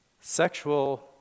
sexual